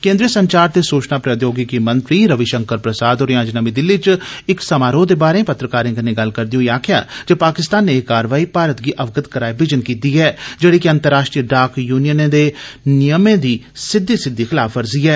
केन्द्री संचार ते सूचना प्रोद्योगिकी मंत्री रवि शंकर प्रसाद होरे अज्ज नमी दिल्ली च इक समारोह दे बाहरे पत्रकारें कन्नै गल्लबात करदे होई आक्खेआ जे पाकिस्तान नै एह् कारवाई भारत गी अवगत कराए बिजन कीती ऐ जेड़ी अंतर्राष्ट्रीय डाक यूनियन दे नियमें दी सिद्दी सिद्दी खिलाफवर्जी ऐ